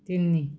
ତିନି